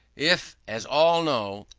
if, as all know,